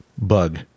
bug